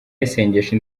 y’isengesho